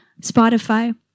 Spotify